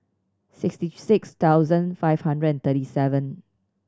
sixty six thousand five hundred and thirty seven